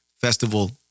Festival